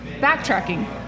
Backtracking